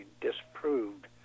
disproved